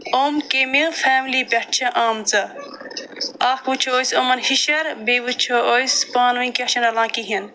یِم کَمہِ فیملی پٮ۪ٹھ چھِ آمژٕ اکھ وٕچھو أسۍ یِمن ہِشر بیٚیہِ وٕچھو أسۍ پانہٕ ؤنۍ کیٛاہ چھِ کِہیٖنۍ